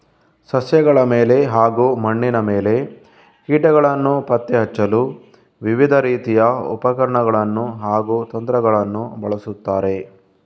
ಸಸ್ಯಗಳ ಮೇಲೆ ಹಾಗೂ ಮಣ್ಣಿನ ಮೇಲೆ ಕೀಟಗಳನ್ನು ಪತ್ತೆ ಹಚ್ಚಲು ವಿವಿಧ ರೀತಿಯ ಉಪಕರಣಗಳನ್ನು ಹಾಗೂ ತಂತ್ರಗಳನ್ನು ಬಳಸುತ್ತಾರೆ